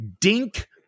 Dink